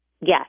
Yes